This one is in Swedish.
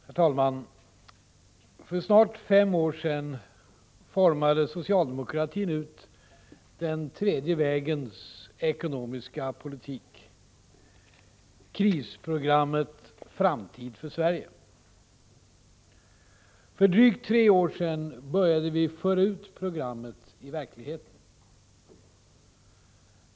Herr talman! För snart fem år sedan formade socialdemokratin ut den tredje vägens ekonomiska politik, krisprogrammet Framtid för Sverige. För drygt tre år sedan började vi föra ut programmet i verkligheten.